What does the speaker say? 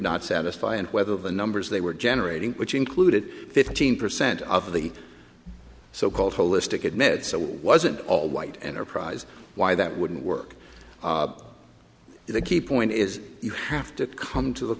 not satisfy and whether the numbers they were generating which included fifteen percent of the so called holistic admits it wasn't all white enterprise why that wouldn't work is the key point is you have to come to the